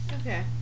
okay